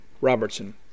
Robertson